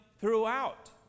throughout